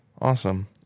Awesome